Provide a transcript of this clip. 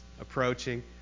approaching